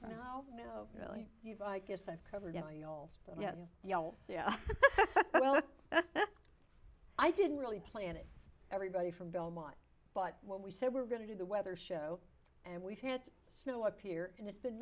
from no no really i guess i've covered all the oh yeah well i didn't really plan it everybody from belmont but when we said we're going to do the weather show and we've had snow up here and it's been